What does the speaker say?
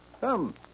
Come